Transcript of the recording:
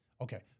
Okay